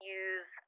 use